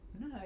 No